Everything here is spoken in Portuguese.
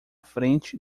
frente